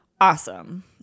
awesome